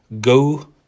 Go